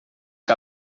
que